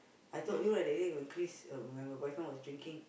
I told you right that day when Chris uh m~ my boyfriend was drinking